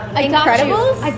Incredibles